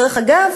דרך אגב,